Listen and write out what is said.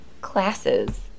classes